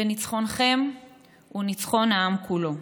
ניצחונכם הוא ניצחון העם כולו.